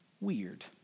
weird